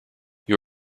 you